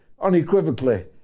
unequivocally